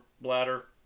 bladder